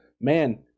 man